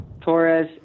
Torres